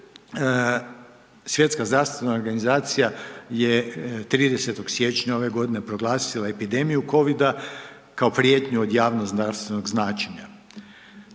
Svjetska zdravstvena organizacija je 30. siječnja ove godine proglasila epidemiju COVID-a kao prijetnju od javnozdravstvenog značenja.